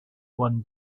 one